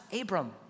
Abram